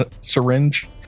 syringe